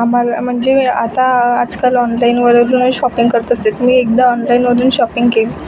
आम्हाला म्हणजे आता आजकाल ऑनलाईन वगैरेने शॉपिंग करत असते मी एकदा ऑनलाइनमधून शॉपिंग केली